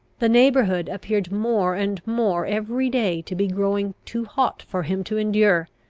the neighbourhood appeared more and more every day to be growing too hot for him to endure,